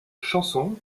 chanson